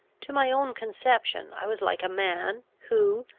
to my own conception i was like a man, who,